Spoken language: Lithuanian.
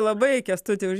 labai kęstuti už